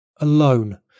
Alone